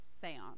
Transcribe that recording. seance